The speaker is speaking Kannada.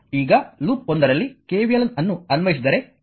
ಈಗ ಲೂಪ್ 1 ರಲ್ಲಿ KVL ಅನ್ನು ಅನ್ವಯಿಸಿದರೆ